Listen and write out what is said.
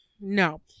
No